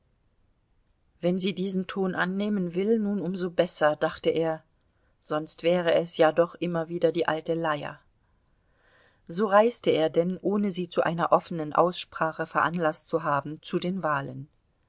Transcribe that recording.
wenn sie diesen ton annehmen will nun um so besser dachte er sonst wäre es ja doch immer wieder die alte leier so reiste er denn ohne sie zu einer offenen aussprache veranlaßt zu haben zu den wahlen